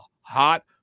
hot